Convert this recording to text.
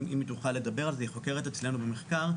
חוקרת אצלנו במחקר,